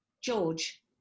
George